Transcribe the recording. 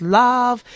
love